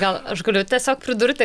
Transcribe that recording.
gal aš galiu tiesiog pridurti